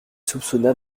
soupçonna